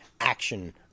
action